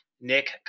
Nick